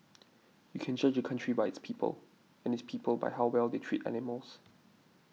you can judge a country by its people and its people by how well they treat animals